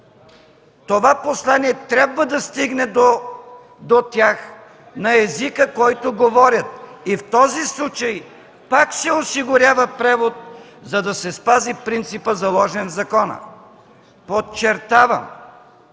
това послание трябва да стигне до тях на езика, който говорят. В този случай пак се осигурява превод, за да се спази принципът, заложен в закона. Подчертавам